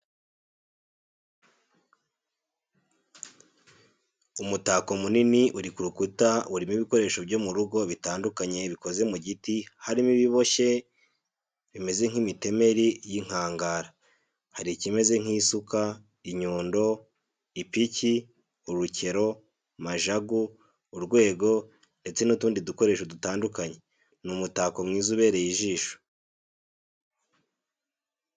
Umutako munini uri ku rukuta urimo ibikoresho byo mu rugo bitandukanye bikoze mu giti harimo ibiboshye bimeze nk'imitemeri y'inkangara, hari ikimeze nk'isuka, inyundo, ipiki, urukero, majagu, urwego, ndetse n'utundi dukoresho dutandukanye, ni umutako mwiza ubereye ijisho.